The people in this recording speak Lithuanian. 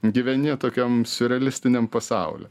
gyveni tokiam siurrealistiniam pasauly